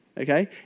okay